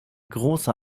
große